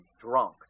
drunk